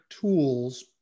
tools